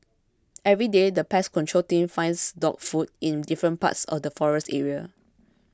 everyday the pest control team finds dog food in different parts of the forest area